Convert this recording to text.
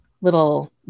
little